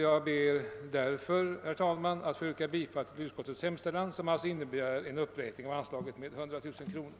Jag ber därför, herr talman, att få yrka bifall till utskottets hemställan, som alltså innebär en uppräkning av anslaget med 100 000 kronor.